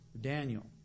Daniel